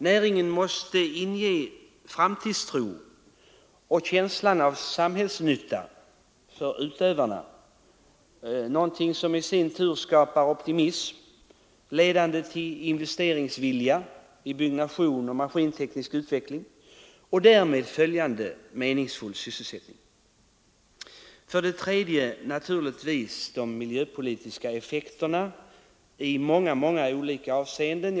Näringen måste inge utövarna framtidstro och känslan av samhällsnytta — någonting som i sin tur skapar en optimism, ledande till vilja att investera i byggnation och maskinteknisk utveckling och därmed följande meningsfull sysselsättning. För det tredje har jordbruket miljöpolitiska effekter i många olika avseenden.